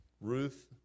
Ruth